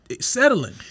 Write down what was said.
settling